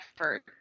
effort